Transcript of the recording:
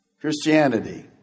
Christianity